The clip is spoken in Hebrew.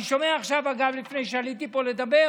אני שומע עכשיו, אגב, לפני שעליתי לפה לדבר,